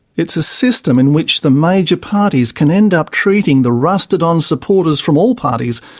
it's a system in which the major parties can end up treating the rusted-on supporters from all parties,